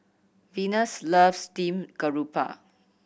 Venus loves steamed garoupa